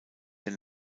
der